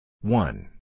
One